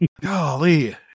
Golly